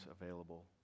available